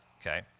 okay